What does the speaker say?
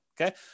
Okay